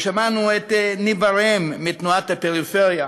ושמענו את ניבה ראם מ"תנועת הפריפריות".